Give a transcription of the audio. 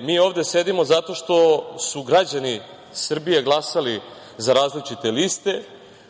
mi ovde sedimo zato što su građani Srbije glasali za različite liste,